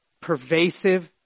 pervasive